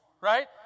Right